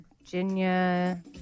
Virginia